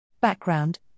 Background